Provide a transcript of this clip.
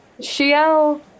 Shiel